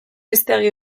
hiztegi